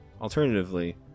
Alternatively